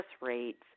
rates